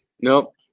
Nope